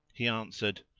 he answered,